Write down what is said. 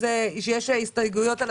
שלגבי סעיף 2 יש הסתייגויות,